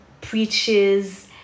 preaches